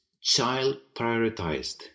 child-prioritized